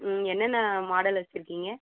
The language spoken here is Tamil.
ம் என்னென்ன மாடல் வைச்சிருக்கீங்க